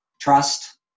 Trust